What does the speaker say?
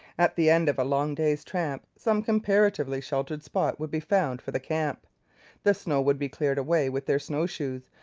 at the end of a long day's tramp, some comparatively sheltered spot would be found for the camp the snow would be cleared away with their snowshoes,